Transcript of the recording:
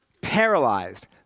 Paralyzed